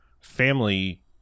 family